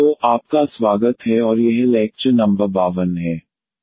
तो आपका स्वागत है और यह लैक्चर नंबर नंबर 52 है